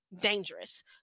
Dangerous